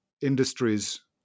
industries